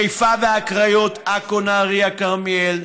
חיפה והקריות, עכו, נהריה, כרמיאל,